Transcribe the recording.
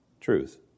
truth